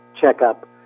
checkup